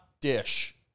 dish